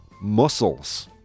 muscles